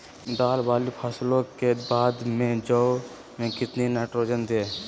दाल वाली फसलों के बाद में जौ में कितनी नाइट्रोजन दें?